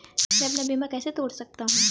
मैं अपना बीमा कैसे तोड़ सकता हूँ?